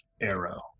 Arrow